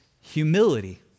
humility